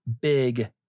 big